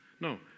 No